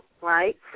right